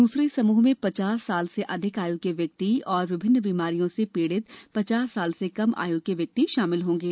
दुसरे समूह में पचास वर्ष से अधिक आय् के व्यक्ति और विभिन्न बीमारियों से पीडित पचास वर्ष से कम आय् के व्यक्ति शामिल होंगे